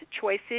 Choices